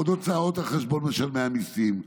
עוד הוצאות על חשבון משלמי המיסים".